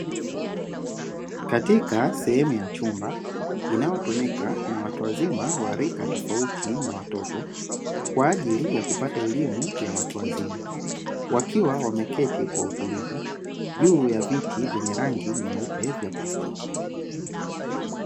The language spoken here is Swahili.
Katika sehemu ya chumba inayo tumika na watu wazima wa rika tofauti na watoto, kwa ajili ya kupata elimu ya watu wazima, wakiwa wameketi kwa utuvu juu ya viti vyenye rangi nyeupe vya plastiki.